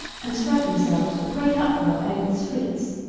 and spread themselves, with great uproar, over the streets.